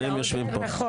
שניהם יושבים פה.